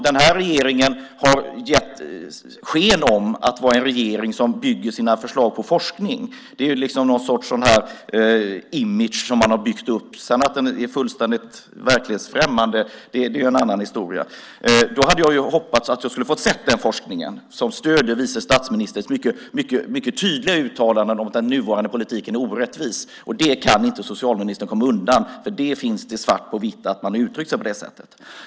Den här regeringen har gett sken av att vara en regering som bygger sina förslag på forskning. Det är någon sorts image som man har byggt upp. Att den sedan är fullständigt verklighetsfrämmande är en annan historia. Jag hade hoppats att jag skulle ha fått se den forskning som stöder vice statsministerns mycket tydliga uttalande om att den nuvarande politiken är orättvis. Det kan inte socialministern komma undan. Det finns svart på vitt att hon har uttryckt sig på det sättet.